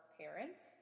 parents